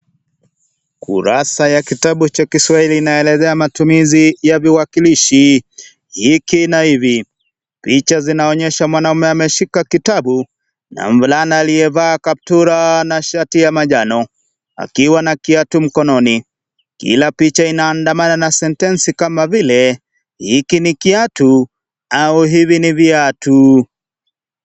Kurasa ya kitabu cha Kiswahili inaelezea matumizi ya viwakilishi ikienda hivi, picha zinaonyesha mwanaume ameshika kitabu na mvulana aliyevaa kaptura na shati ya manjano akiwa na kiatu mkononi. Kila picha inaandamana na sentensi kama vile hiki ni kiatu au hivi ni viatu.